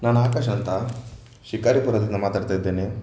ನಾನು ಆಕಾಶ್ ಅಂತ ಶಿಕಾರಿಪುರದಿಂದ ಮಾತಾಡ್ತಾ ಇದ್ದೇನೆ